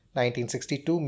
1962